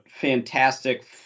fantastic